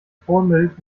vorbild